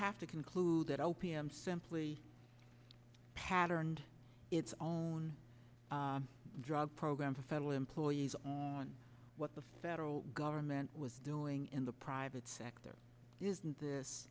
have to conclude that opium simply patterned its own drug program for federal employees on what the federal government was doing in the private sector isn't this